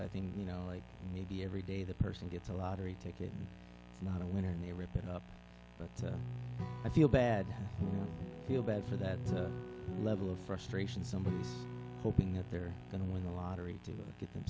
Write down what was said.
i think you know like maybe every day the person gets a lottery ticket and i don't win and they rip it up but i feel bad feel bad for that level of frustration somebody hoping that they're going to win the lottery to get them